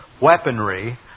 weaponry